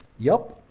yup,